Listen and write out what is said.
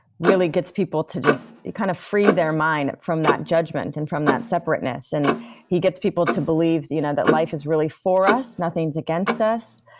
really gets people to just kind of free their mind from that judgment and from that separateness, and he gets people to believe you know that life is really for us, nothing's against us,